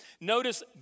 Notice